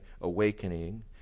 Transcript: awakening